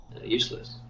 useless